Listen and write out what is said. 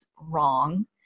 wrong